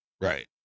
right